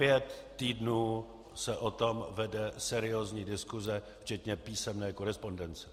Pět týdnů se o tom vede seriózní diskuse, včetně písemné korespondence.